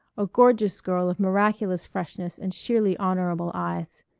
a gorgeous girl of miraculous freshness and sheerly honorable eyes.